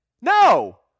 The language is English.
No